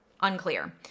Unclear